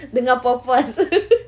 dengar puas-puas